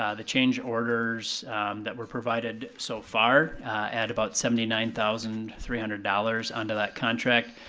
ah the change orders that were provided so far add about seventy nine thousand three hundred dollars onto that contract.